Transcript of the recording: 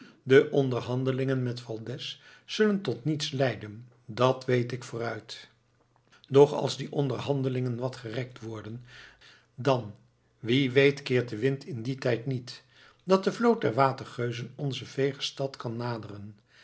de onderhandelingen met valdez zullen tot niets leiden dat weet ik vooruit doch als die onderhandelingen wat gerekt worden dan wie weet keert de wind in dien tijd niet dat de vloot der watergeuzen onze veege stad kan naderen